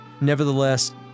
Nevertheless